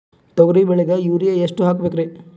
ತೊಗರಿ ಬೆಳಿಗ ಯೂರಿಯಎಷ್ಟು ಹಾಕಬೇಕರಿ?